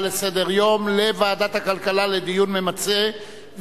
לסדר-היום לוועדת הכלכלה לדיון ממצה,